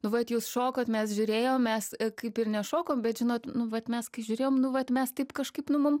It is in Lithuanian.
nu vat jūs šokot mes žiūrėjom mes kaip ir nešokom bet žinot nu vat mes kai žiūrėjom nu vat mes taip kažkaip nu mum